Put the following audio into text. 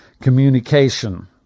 communication